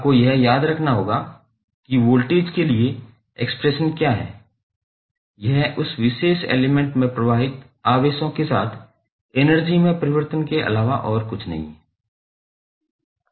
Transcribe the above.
आपको यह याद रखना होगा कि वोल्टेज के लिए एक्सप्रेशन क्या है यह उस विशेष एलिमेंट में प्रवाहित आवेशों के साथ एनर्जी में परिवर्तन के अलावा और कुछ नहीं है